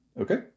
Okay